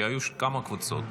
כי היו כמה קבוצות.